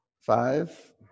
Five